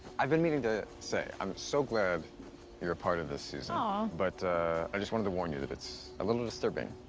i've been meaning to say i'm so glad you're a part of this season. um but i just wanted to warn you that it's a little disturbing.